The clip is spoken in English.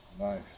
Nice